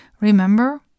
Remember